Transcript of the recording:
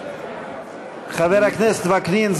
חבר הכנסת וקנין,